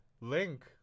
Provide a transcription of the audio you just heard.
link